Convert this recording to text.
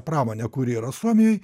pramonę kuri yra suomijoj